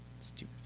Stupid